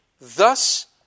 thus